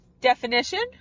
Definition